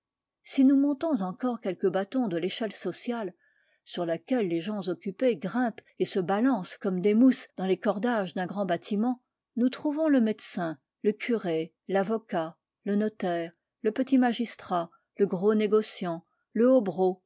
si nous montons encore quelques bâtons de l'échelle sociale sur laquelle les gens occupés grimpent et se balancent comme des mousses dans les cordages d'un grand bâtiment nous trouvons le médecin le curé l'avocat le notaire le petit magistrat le gros négociant le